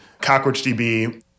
CockroachDB